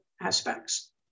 aspects